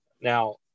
now